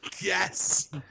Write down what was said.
Yes